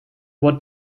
what